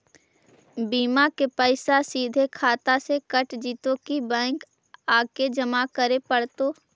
बिमा के पैसा सिधे खाता से कट जितै कि बैंक आके जमा करे पड़तै?